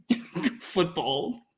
football